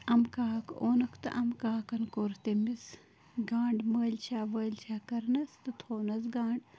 اَمہٕ کاک اوٚنُکھ تہٕ اَمہٕ کاکَن کوٚر تٔمِس گَنٛڈ مٲلِشا وٲلِشا کٔرنس تہٕ تھوٚونَس گَنٛڈ